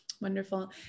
Wonderful